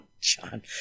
John